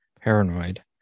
paranoid